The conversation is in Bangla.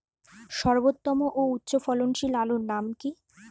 সর্বোত্তম ও উচ্চ ফলনশীল আলুর নাম কি?